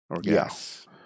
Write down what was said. Yes